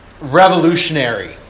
revolutionary